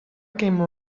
came